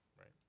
right